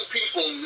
people